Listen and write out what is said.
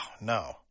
no